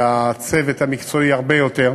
והצוות המקצועי הרבה יותר.